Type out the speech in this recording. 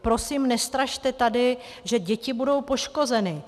Prosím, nestrašte tady, že děti budou poškozeny.